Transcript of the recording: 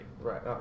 Right